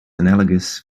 analogous